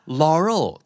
laurel